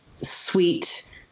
sweet